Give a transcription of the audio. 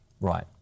Right